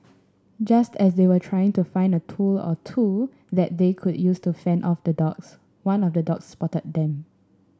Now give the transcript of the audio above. just as they were trying to find a tool or two that they could use to fend off the dogs one of the dogs spotted them